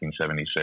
1976